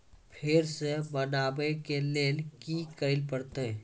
फेर सॅ बनबै के लेल की करे परतै?